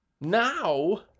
Now